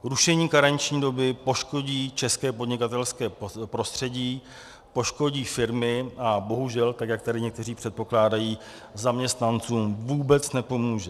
Rušení karenční doby poškodí české podnikatelské prostředí, poškodí firmy a bohužel, tak jak tady někteří předpokládají, zaměstnancům vůbec nepomůže.